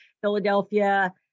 Philadelphia